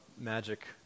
magic